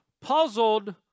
puzzled